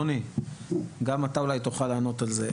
רוני, גם אתה אולי תוכל לענות על זה.